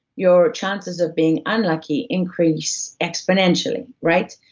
your chances of being unlucky increase exponentially right?